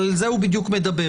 אבל על זה הוא בדיוק מדבר,